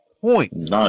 points